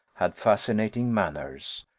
had fascinating manners,